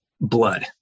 blood